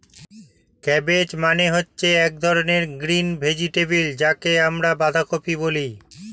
cabbage মানে হচ্ছে এক ধরনের গ্রিন ভেজিটেবল যাকে আমরা বাঁধাকপি বলি